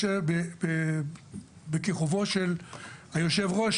בכיכובו של היושב-ראש,